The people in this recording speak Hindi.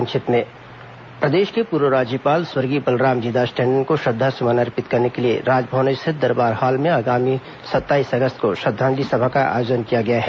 संक्षिप्त समाचार प्रदेश के पूर्व राज्यपाल स्वर्गीय बलरामजी दास टंडन को श्रद्धा सुमन अर्पित करने के लिए राजभवन स्थित दरबार हॉल में आगामी सत्ताईस अगस्त को श्रद्धांजलि सभा का आयोजन किया गया है